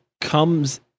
comes